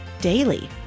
daily